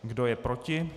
Kdo je proti?